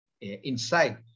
inside